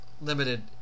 limited